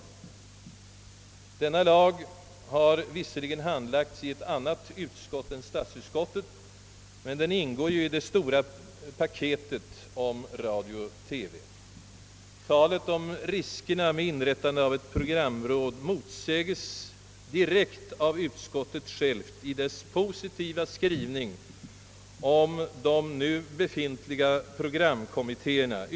Frågan om denna lag har visserligen handlagts av ett annat utskott än statsutskottet, men den ingår dock i det stora paket beträffande radio och TV som vi nu behandlar. Påståendet om riskerna med inrättande av ett programråd motsäges av utskottet självt genom dess positiva skrivning om de nu befintliga programkommittéerna.